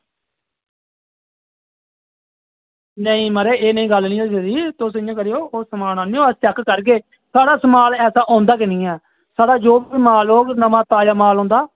नेईं महाराज एह् नेही गल्ल नेईं होई सकदी तुस इ'यां करेओ ओह् समान आह्नेओ अस चेक करगे साढ़ा समान ऐसा औंदा गै नेईं ऐ साढ़ा जो बी माल औग नमां ताजा माल औंदा